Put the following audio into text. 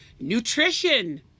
nutrition